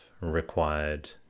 required